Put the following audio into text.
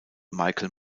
michael